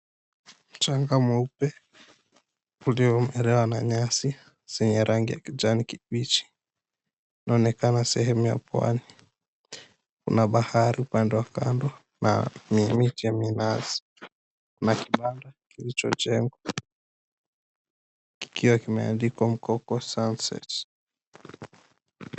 Mchanga mweupe uliomelewa na nyasi zenye rangi ya kijani kibichi unaonekana sehemu ya pwani. Kuna bahari upande wa kando na miti ya minazi na kibanda kilichojengwa kikiwa kimeandikwa Mkoko Sunset.